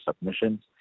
submissions